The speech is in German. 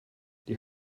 die